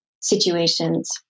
situations